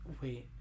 wait